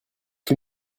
que